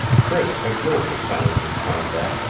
priss had heard the sounds of combat,